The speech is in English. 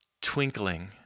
Twinkling